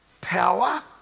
power